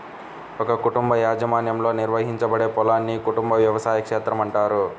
ఒక కుటుంబ యాజమాన్యంలో నిర్వహించబడే పొలాన్ని కుటుంబ వ్యవసాయ క్షేత్రం అంటారు